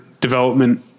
development